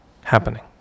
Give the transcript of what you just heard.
happening